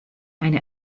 eine